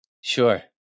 Sure